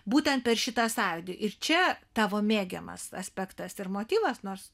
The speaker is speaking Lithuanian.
būtent per šitą sąjūdį ir čia tavo mėgiamas aspektas ir motyvas nors